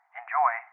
enjoy